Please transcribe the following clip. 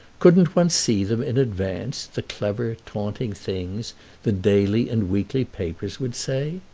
couldn't one see them in advance, the clever, taunting things the daily and weekly papers would say?